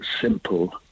simple